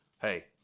hey